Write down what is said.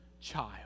child